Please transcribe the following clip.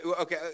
okay